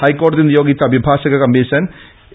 ഹൈക്കോടതി നിയോഗിച്ച അഭിഭാഷക കമ്മീഷൻ എ